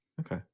Okay